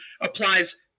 applies